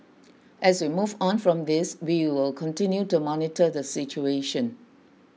as we move on from this we will continue to monitor the situation